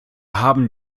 haben